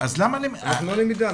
אז למה --- אנחנו לא בלמידה,